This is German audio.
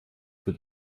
für